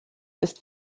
ist